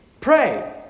Pray